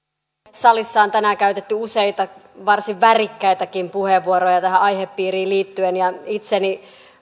salissa on tänään käytetty useita varsin värikkäitäkin puheenvuoroja tähän aihepiiriin liittyen ja itseni